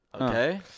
Okay